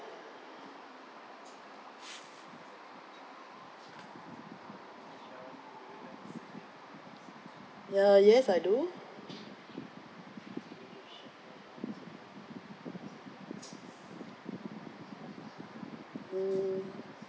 uh yes I do mm